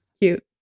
Cute